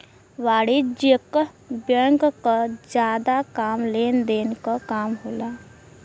वाणिज्यिक बैंक क जादा काम लेन देन क काम होला